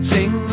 Sing